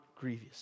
grievous